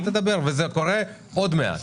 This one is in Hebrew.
אתה תדבר וזה קורה עוד מעט,